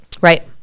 Right